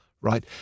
right